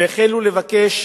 והחלו לבקש